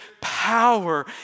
power